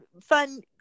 fun